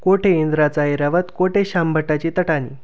कोठे इंद्राचा ऐरावत कोठे शामभटाची तट्टाणी